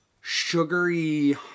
sugary